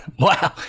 wow,